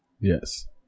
Yes